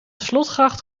slotgracht